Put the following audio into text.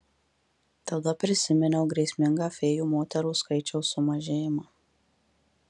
tada prisiminiau grėsmingą fėjų moterų skaičiaus sumažėjimą